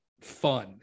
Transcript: fun